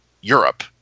Europe